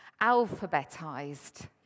Alphabetized